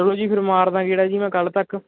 ਚਲੋ ਜੀ ਫਿਰ ਮਾਰਦਾ ਗੇੜਾ ਜੀ ਮੈਂ ਕੱਲ੍ਹ ਤੱਕ